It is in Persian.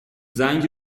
زنگ